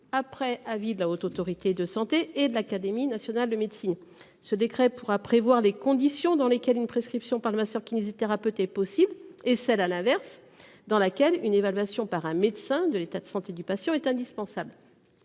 après avis de la Haute autorité de santé et de l'Académie nationale de médecine. Ce décret pourra prévoir les conditions dans lesquelles une prescription par le masseur-kinésithérapeute est possible et celle à l'inverse, dans laquelle une évaluation par un médecin de l'état de santé du patient est indispensable.